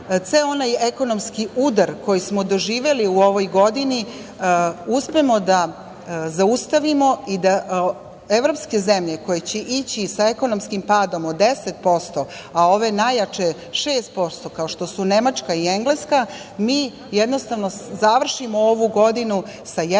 ceo onaj ekonomski udar koji smo doživeli u ovoj godini uspemo da zaustavimo i da evropske zemlje koje će ići sa ekonomskim padom od 10%, a ove najjače 6% kao što su Nemačka i Engleska, mi jednostavno završimo ovu godinu sa 1% i 0,5%,